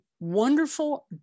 wonderful